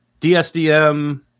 DSDM